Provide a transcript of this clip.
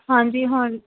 ਹਾਂਜੀ ਹੁਣ